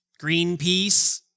Greenpeace